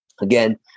Again